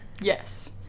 yes